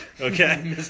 okay